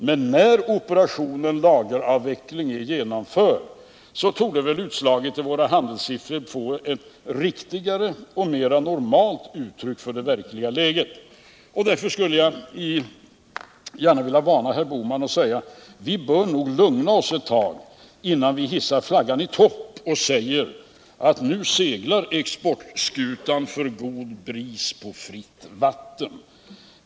Men när operationen med lageravveckling är genomförd torde utslaget i våra handelssiffror bli ett riktigare och mera normalt uttryck för det verkliga läget. Därför skulle jag gärna vilja varna herr Bohman och säga att vi bör lugna oss ett tag, innan vi hissar flaggan i topp och säger att nu seglar exportskutan för god bris på fritt vatten.